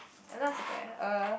I not surprised uh